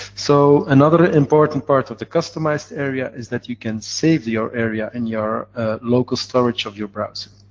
so, another ah important part of the customized area is that you can save your area in your local storage of your browser.